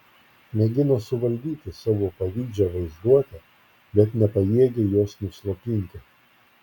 mėgino suvaldyti savo pavydžią vaizduotę bet nepajėgė jos nuslopinti